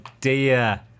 dear